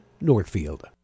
Northfield